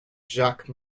jacques